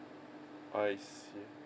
I see